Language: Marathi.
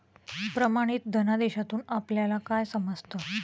प्रमाणित धनादेशातून आपल्याला काय समजतं?